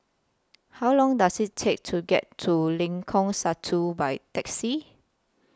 How Long Does IT Take to get to Lengkong Satu By Taxi